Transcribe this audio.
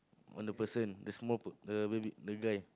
on the person the small per~ the baby the guy